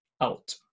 out